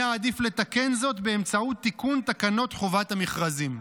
יהיה עדיף לתקן זאת באמצעות תיקון תקנות חובת המכרזים.